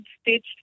stitched